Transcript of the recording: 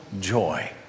joy